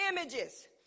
images